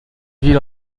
villes